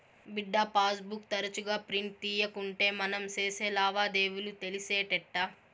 బిడ్డా, passbook తరచుగా print తీయకుంటే మనం సేసే లావాదేవీలు తెలిసేటెట్టా